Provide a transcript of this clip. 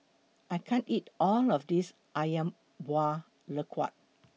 I can't eat All of This Ayam Buah Keluak